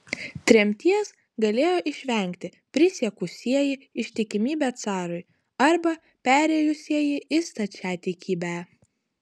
tremties galėjo išvengti prisiekusieji ištikimybę carui arba perėjusieji į stačiatikybę